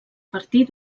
partir